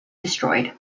destroyed